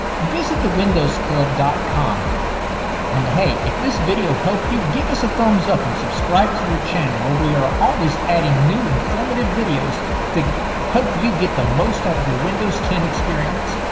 visit thewindowsclub dot com and hey, if this video helped you, give us a thumbs up and subscribe to your channel where we are always adding new informative videos to help you get the most out of your windows ten experience.